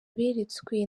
beretswe